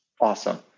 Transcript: Awesome